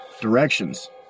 directions